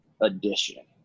edition